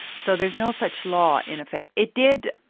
so there's no such law in effect. it did,